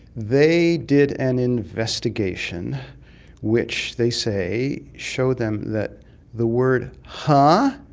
they did an investigation which they say showed them that the word huh?